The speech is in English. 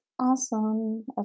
awesome